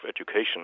Education